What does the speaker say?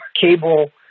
cable